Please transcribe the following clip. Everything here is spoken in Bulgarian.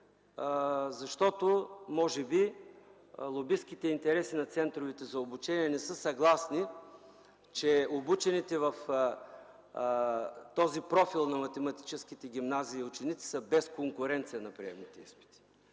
заради лобистки интереси. Центровете за обучение не са съгласни, че обучените в този профил на математическите гимназии ученици са без конкуренция на приемните изпити.